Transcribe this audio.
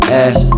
ass